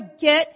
get